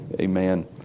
Amen